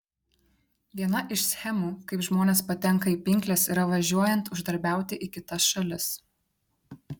viena iš schemų kaip žmonės patenka į pinkles yra važiuojant uždarbiauti į kitas šalis